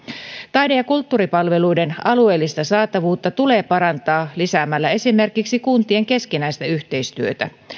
taide ja kulttuuripalveluiden alueellista saatavuutta tulee parantaa lisäämällä esimerkiksi kuntien keskinäistä yhteistyötä